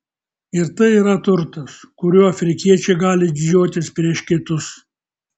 ir tai yra turtas kuriuo afrikiečiai gali didžiuotis prieš kitus